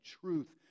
truth